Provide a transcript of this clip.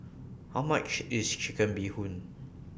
How much IS Chicken Bee Hoon